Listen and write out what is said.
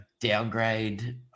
downgrade